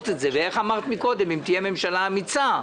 תהיה ממשלה אמיצה,